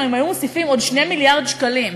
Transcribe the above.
אם היו מוסיפים עוד 2 מיליארד שקלים,